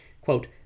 Quote